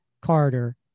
Carter